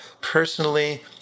personally